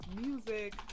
music